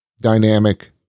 dynamic